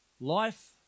Life